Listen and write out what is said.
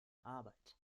arbeit